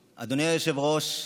היושב-ראש,